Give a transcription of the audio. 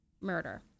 murder